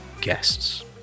guests